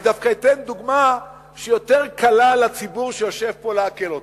אני דווקא אתן דוגמה שהיא יותר קלה לציבור שיושב פה לעכל אותה,